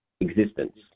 existence